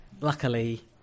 luckily